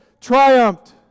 triumphed